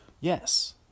Yes